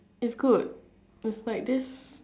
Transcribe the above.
it's good it's like this